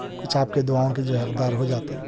کچھ آپ کی دعاؤں کی جو ہے حقدار ہو جاتے